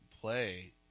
play